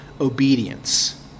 obedience